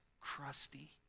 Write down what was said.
crusty